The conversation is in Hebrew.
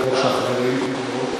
בבקשה, חברים וחברות.